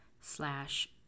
slash